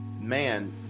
man